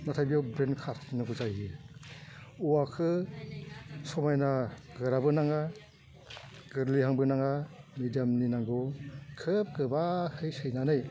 नाथाय बेयाव ब्रेइन खाथिनांगौ जायो औवाखौ समायना गोराबो नाङा गोरलैहांबो नाङा मिडियामनि नांगौ खोब गोबाखै सैनानै